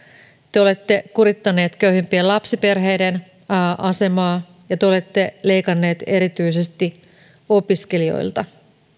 te olette kurittaneet köyhimpien lapsiperheiden asemaa ja te olette leikanneet erityisesti opiskelijoilta